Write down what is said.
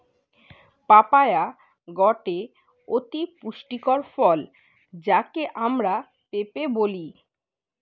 papaya গটে অতি পুষ্টিকর ফল যাকে আমরা পেঁপে বলি